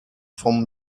vom